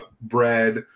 bread